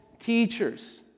teachers